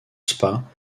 spa